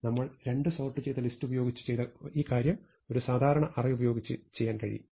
നമ്മൾ രണ്ട് സോർട്ട് ചെയ്ത ലിസ്റ്റ് ഉപയോഗിച്ച് ചെയ്ത ഈ കാര്യം ഒരു സാധാരണ അറേ ഉപയോഗിച്ച് ചെയ്യാൻ കഴിയും